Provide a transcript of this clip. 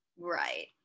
Right